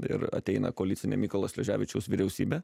ir ateina koalicinė mykolo sleževičiaus vyriausybė